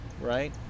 right